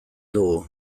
dugu